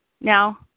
now